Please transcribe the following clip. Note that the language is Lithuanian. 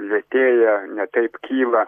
lėtėja ne taip kyla